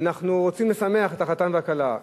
אנחנו רוצים לשמח את החתן והכלה.